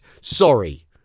sorry